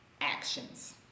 actions